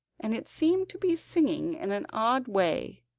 and it seemed to be singing in an odd way,